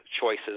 choices